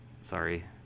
Sorry